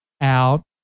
out